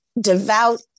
devout